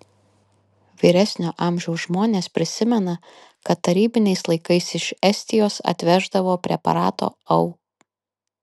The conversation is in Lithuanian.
vyresnio amžiaus žmonės prisimena kad tarybiniais laikais iš estijos atveždavo preparato au